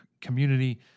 community